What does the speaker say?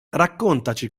raccontaci